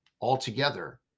altogether